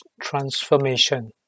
transformation